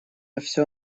все